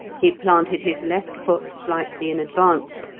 he planted his left foot slightly in advance,